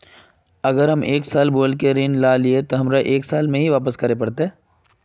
अगर हम एक साल बोल के ऋण लालिये ते हमरा एक साल में ही वापस करले पड़ते?